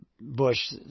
Bush